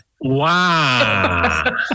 wow